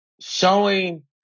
showing